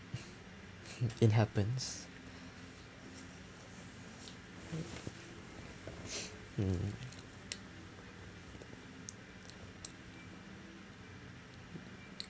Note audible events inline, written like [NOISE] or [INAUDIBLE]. [LAUGHS] it happens [LAUGHS] mm